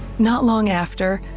not long after,